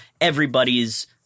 everybody's